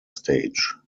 stage